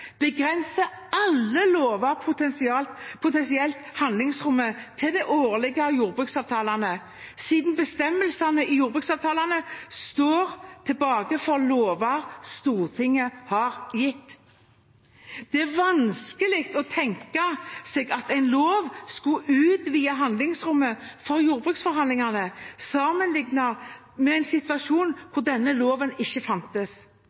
begrenser alle lover potensielt handlingsrommet til de årlige jordbruksavtalene, siden bestemmelsene i jordbruksavtalene står tilbake for lover Stortinget har gitt. Det er vanskelig å tenke seg at en lov skulle utvide handlingsrommet for jordbruksforhandlingene sammenlignet med en situasjon hvor denne loven ikke fantes.